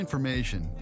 Information